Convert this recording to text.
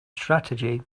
strategy